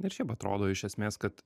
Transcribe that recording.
ir šiaip atrodo iš esmės kad